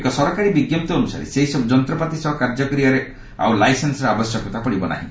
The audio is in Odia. ଏକ ସରକାରୀ ବିଜ୍ଞପ୍ତି ଅନୁସାରେ ସେହିସବୁ ଯନ୍ତ୍ରପାତି ସହ କାର୍ଯ୍ୟ କରିବାରେ ଆଉ ଲାଇସେନ୍ୱର ଆପଶ୍ୟକତା ପଡିବ ନାହିଁ